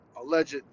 alleged